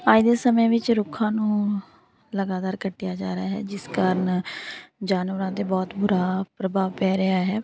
ਅੱਜ ਦੇ ਸਮੇਂ ਵਿੱਚ ਰੁੱਖਾਂ ਨੂੰ ਲਗਾਤਾਰ ਕੱਟਿਆ ਜਾ ਰਿਹਾ ਹੈ ਜਿਸ ਕਾਰਣ ਜਾਨਵਰਾਂ 'ਤੇ ਬਹੁਤ ਬੁਰਾ ਪ੍ਰਭਾਵ ਪੈ ਰਿਹਾ ਹੈ